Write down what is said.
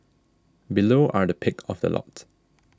below are the pick of the lot